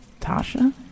Tasha